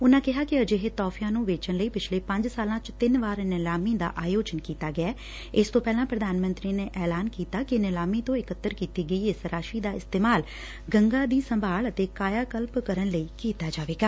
ਉਨੂਂ ਕਿਹਾ ਕਿ ਅਜਿਹੇ ਤੋਹਫਿਆਂ ਨੂੰ ਵੇਚਣ ਲਈ ਪਿਛਲੇ ਪੰਜ ਸਾਲਾਂ ਚ ਤਿੰਨ ਵਾਰ ਨਿਲਾਮੀ ਦਾ ਆਯੋਜਿਨ ਕੀਤਾ ਗਿਐ ਇਸ ਤੋਂ ਪਹਿਲਾਂ ਪ੍ਧਾਨ ਮੰਤਰੀ ਨੇ ਐਲਾਨ ਕੀਤਾ ਕਿ ਨਿਲਾਮੀ ਤੋਂ ਇਕੱਤਰ ਕੀਤੀ ਗੀ ਇਸ ਰਾਸ਼ੀ ਦਾ ਇਸਤੇਮਾਲ ਗੰਗਾ ਦੀ ਸੰਭਾਲ ਅਤੇ ਕਾਇਆ ਕਲਪ ਕਰਨ ਲਈ ਕੀਤਾ ਜਾਵੇਗਾ